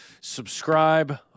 subscribe